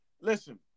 listen